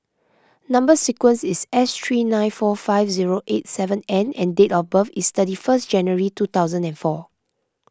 Number Sequence is S three nine four five zero eight seven N and date of birth is thirty first January two thousand and four